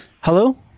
Hello